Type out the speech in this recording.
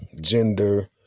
gender